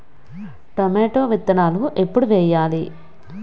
Tomato విత్తనాలు ఎప్పుడు వెయ్యాలి?